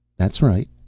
that's right.